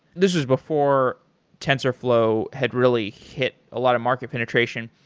this is before tensorflow had really hit a lot of market penetration.